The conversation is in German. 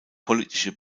politische